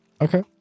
Okay